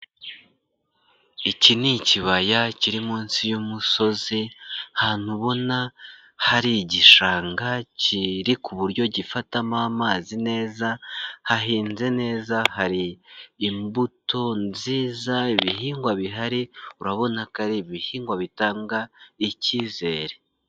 Iki ni ikibaya kiri munsi y'umusozi, ahantu ubona hari igishanga kiri ku buryo gifatamo amazi neza, hahinze neza, hari imbuto nziza, ibihingwa bihari urabona ko ari ibihingwa bitanga ikizere.